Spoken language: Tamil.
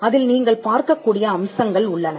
அதில் நீங்கள் பார்க்கக் கூடிய அம்சங்கள் உள்ளன